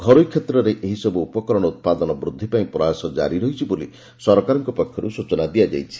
ଘରୋଇ କ୍ଷେତ୍ରରେ ଏହିସବୁ ଉପକରଣ ଉତ୍ପାଦନ ବୃଦ୍ଧି ପାଇଁ ପ୍ରୟାସ ଜାରୀ ରହିଛି ବୋଲି ସରକାରଙ୍କ ପକ୍ଷର୍ ସ୍କଚନା ଦିଆଯାଇଛି